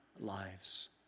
lives